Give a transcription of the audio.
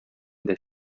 del